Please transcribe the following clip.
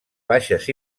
baixes